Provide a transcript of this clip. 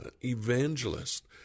evangelist